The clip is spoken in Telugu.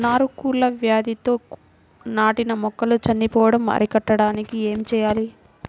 నారు కుళ్ళు వ్యాధితో నాటిన మొక్కలు చనిపోవడం అరికట్టడానికి ఏమి చేయాలి?